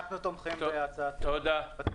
תודה.